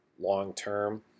long-term